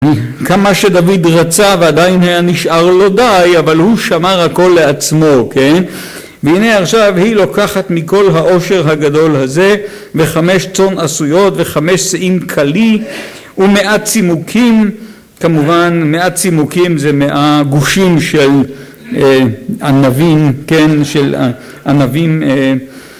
כמה שדוד רצה ועדיין היה נשאר לו די, אבל הוא שמר הכל לעצמו, כן? והנה עכשיו היא לוקחת מכל העושר הגדול הזה וחמש צאן עשויות וחמש סאים קלי ומאה צימוקים... כמובן, מאה צימוקים זה מאה גושים של אה... ענבים כן? של ענבים אה...